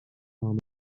کامله